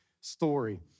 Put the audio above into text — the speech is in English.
story